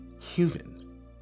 Human